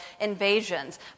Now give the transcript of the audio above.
invasions